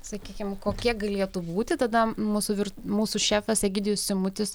sakykim kokie galėtų būti tada mūsų vir mūsų šefas egidijus simutis